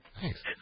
Thanks